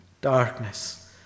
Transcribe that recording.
darkness